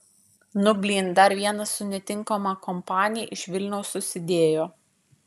nu blyn dar vienas su netinkama kompanija iš vilniaus susidėjo